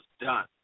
done